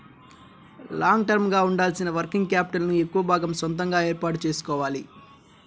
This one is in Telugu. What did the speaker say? లాంగ్ టర్మ్ గా ఉండాల్సిన వర్కింగ్ క్యాపిటల్ ను ఎక్కువ భాగం సొంతగా ఏర్పాటు చేసుకోవాలి